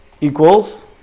equals